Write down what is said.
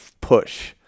push